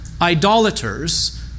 idolaters